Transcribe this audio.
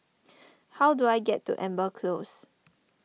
how do I get to Amber Close